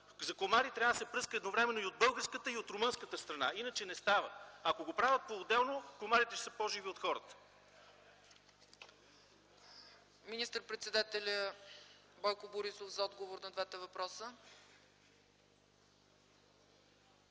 За комари трябва да се пръска едновременно и от българската, и от румънската страна, иначе не става. Ако го правят поотделно комарите ще са по-живи от хората. ПРЕДСЕДАТЕЛ ЦЕЦКА ЦАЧЕВА: Министър-председател Бойко Борисов – за отговор на двата въпроса.